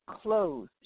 clothes